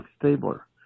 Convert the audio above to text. Stabler